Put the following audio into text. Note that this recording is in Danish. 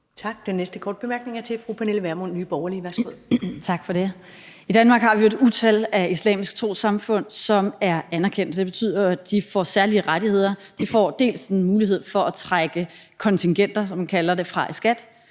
Tak. Den næste korte bemærkning er fra fru Pernille Vermund, Nye Borgerlige. Værsgo. Kl. 10:50 Pernille Vermund (NB): Tak for det. I Danmark har vi et utal af islamiske trossamfund, som er anerkendt, og det betyder jo, at de får særlige rettigheder. De får en mulighed for at trække kontingenter, som man kalder det, fra i skat.